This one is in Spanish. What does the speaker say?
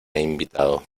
invitado